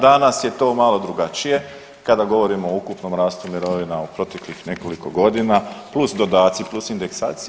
Danas je to malo drugačije kada govorimo o ukupnom rastu mirovina u proteklih nekoliko godina, plus dodaci, plus indeksacije.